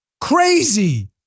Crazy